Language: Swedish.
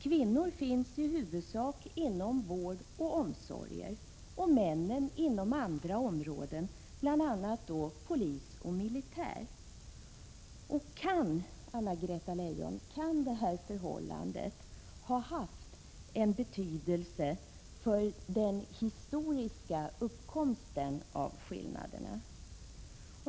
Kvinnor finns i huvudsak inom vård och omsorg och män inom andra områden, bl.a. polis och militär. Kan, Anna-Greta Leijon, detta förhållande ha haft betydelse för den historiska uppkomsten av skillnaderna?